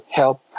help